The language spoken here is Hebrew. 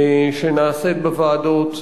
שנעשית בוועדות.